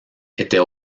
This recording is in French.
était